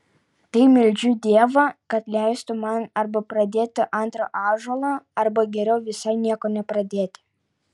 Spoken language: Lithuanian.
tai meldžiu dievą kad leistų man arba pradėti antrą ąžuolą arba geriau visai nieko nepradėti